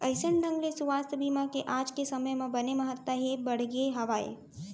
अइसन ढंग ले सुवास्थ बीमा के आज के समे म बने महत्ता ह बढ़गे हावय